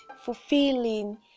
fulfilling